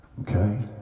okay